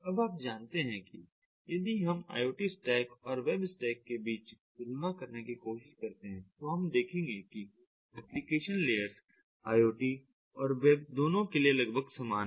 अब आप जानते हैं कि यदि हम IoT स्टैक और वेब स्टैक के बीच तुलना करने की कोशिश करते हैं तो हम देखेंगे कि एप्लीकेशन लेयर्स IoT और वेब दोनों के लिए लगभग समान हैं